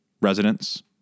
residents